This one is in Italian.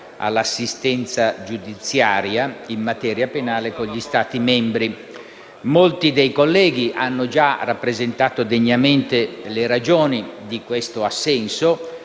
all'assistenza giudiziaria in materia penale con gli Stati membri dell'Unione europea. Molti dei colleghi hanno già rappresentato degnamente le ragioni di questo assenso;